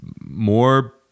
more